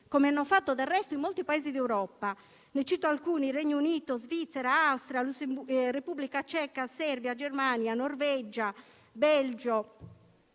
come hanno fatto, del resto, in molti Paesi d'Europa. Ne cito alcuni: Regno Unito, Svizzera, Austria, Repubblica Ceca, Serbia, Germania, Norvegia, Belgio,